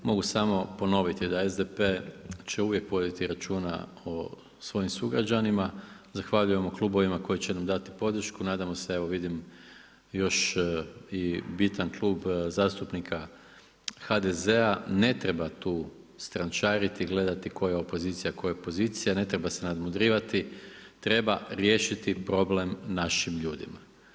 Mogu samo ponoviti da SDP će uvijek voditi računa o svojim sugrađanima, zahvaljujemo klubovima koji će nam dati podršku, nadam se, evo vidim još i bitan Klub zastupnika HDZ-a, ne treba tu strančariti, gledati tko je opozicija, pozicija, ne treba se nadmudrivati, treba riješiti problem našim ljudima.